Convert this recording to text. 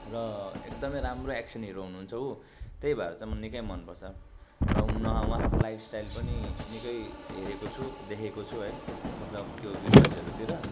र एकदमै राम्रो एक्सन हिरो हुनुहुन्छ ऊ त्यही भएर चाहिँ मलाई निकै मनपर्छ र उनी उहाँको लाइफ स्टाइल पनि निकै हेरेको छु देखेको छु है मतलब त्यो भिडियोजहरूतिर